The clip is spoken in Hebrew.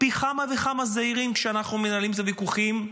פי כמה וכמה זהירים כשאנחנו מנהלים את הוויכוחים,